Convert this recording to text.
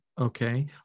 okay